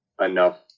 enough